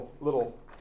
little